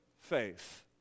faith